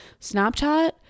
Snapchat